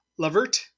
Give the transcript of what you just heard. Lavert